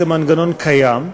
זה מנגנון קיים.